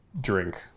drink